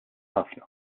ħafna